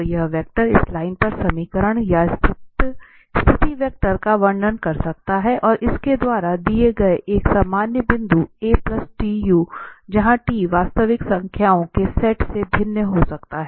तो यह वेक्टर इस लाइन पर समीकरण या स्थिति वेक्टर का वर्णन कर सकता है और इसके द्वारा दिया गया एक सामान्य बिंदु a t u जहां t वास्तविक संख्याओं के सेट से भिन्न हो सकता है